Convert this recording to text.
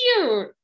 cute